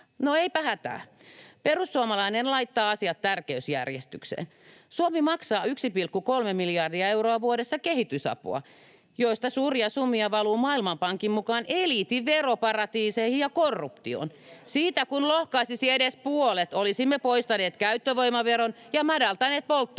No, eipä hätää, perussuomalainen laittaa asiat tärkeysjärjestykseen. Suomi maksaa 1,3 miljardia euroa vuodessa kehitysapua, josta suuria summia valuu Maailmanpankin mukaan eliitin veroparatiiseihin ja korruptioon. [Välihuutoja vasemmistoliiton ja sosiaalidemokraattien